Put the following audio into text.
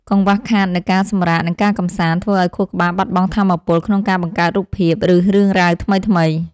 កង្វះខាតនូវការសម្រាក និងការកម្សាន្ត ធ្វើឱ្យខួរក្បាលបាត់បង់ថាមពលក្នុងការបង្កើតរូបភាព ឬរឿងរ៉ាវថ្មីៗ។